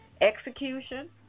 execution